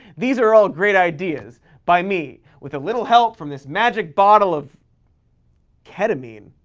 these are all great ideas by me, with a little help from this magic bottle of ketamine.